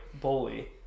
Bully